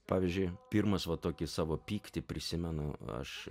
pavyzdžiui pirmas va tokį savo pyktį prisimenu aš